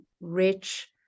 rich